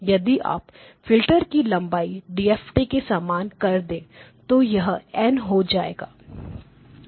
यदि आप फिल्टर की लंबाई DFT के समान कर दें तो यह N हो जाएगा